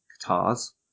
guitars